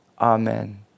Amen